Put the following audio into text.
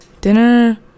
Dinner